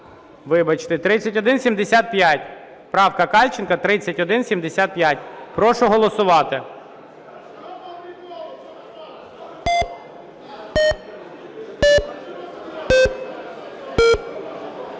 Вибачте. 3175. Правка Кальченка, 3175. Прошу голосувати.